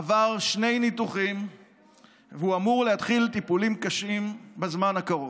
עבר שני ניתוחים והוא אמור להתחיל טיפולים קשים בזמן הקרוב.